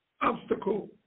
obstacle